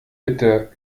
bitte